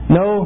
no